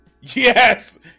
yes